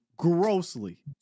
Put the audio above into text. grossly